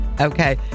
Okay